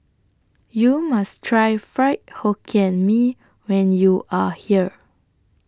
YOU must Try Fried Hokkien Mee when YOU Are here